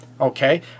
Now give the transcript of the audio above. okay